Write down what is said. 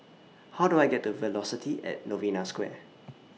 How Do I get to Velocity At Novena Square